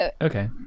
Okay